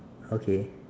okay